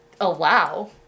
allow